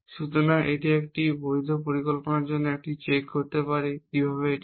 সুতরাং আমি একটি বৈধ পরিকল্পনার জন্য একটি চেক করতে পারি কিভাবে এটি করতে হয়